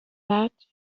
that